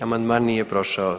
Amandman nije prošao.